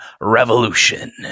Revolution